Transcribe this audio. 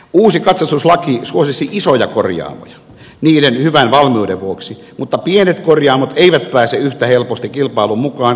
uusi katsastuslaki suosisi isoja korjaamoja niiden hyvän valmiuden vuoksi mutta pienet korjaamot eivät pääse yhtä helposti kilpailuun mukaan kalliiden investointien vuoksi